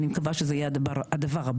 אני מקווה שזה יהיה הדבר הבא,